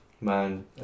Man